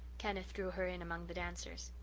kenneth drew her in among the dancers.